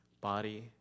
body